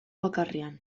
bakarrean